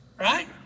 Right